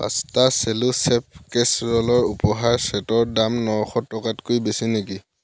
পাঁচটা Cello chef কেচৰ'লৰ উপহাৰৰ চেটৰ দাম নশ টকাতকৈ বেছি নেকি